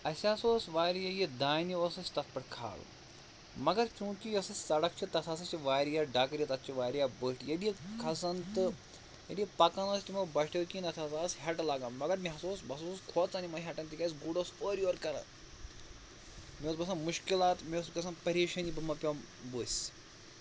اَسہِ ہسا اوس واریاہ یہِ دانہِ اوس اَسہِ تَتھ پٮ۪ٹھ کھالُن مگر چوٗنٛکہِ یۄس یہِ سَڑک چھِ تَتھ ہسا چھِ واریاہ ڈَگرِ تَتھ چھِ واریاہ بٔٹھۍ ییٚلہِ یہِ کھَسان تہٕ ییٚلہِ یہِ پَکان اوس تِمو بَٹھیو کِنۍ اَتھ ہسا ٲس ہٮ۪ٹہٕ لگان مگر مےٚ ہسا اوس بہٕ ہسا اوسُس کھوژان یِمَن ہٮ۪ٹَن تِکیٛازِ گُر اوس اورٕ یورٕ کران مےٚ اوس باسان مُشکِلات مےٚ اوس گژھان پریشٲنی بہٕ ما پٮ۪مہٕ ؤسۍ